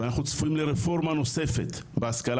ואנחנו צפויים לרפורמה נוספת בהשכלה